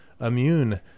immune